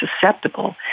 susceptible